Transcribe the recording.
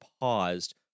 paused